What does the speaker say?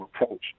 approach